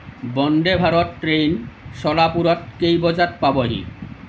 Vande Bharat train ছলাপুৰত কেইবজাত পাবহি